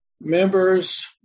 members